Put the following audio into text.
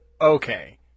okay